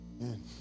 Amen